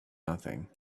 nothing